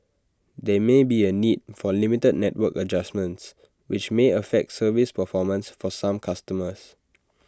there may be A need for limited network adjustments which may affect service performance for some customers